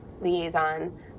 liaison